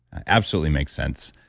absolutely makes sense.